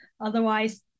otherwise